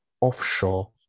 offshore